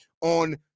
on –